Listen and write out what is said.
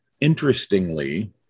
interestingly